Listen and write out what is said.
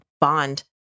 bond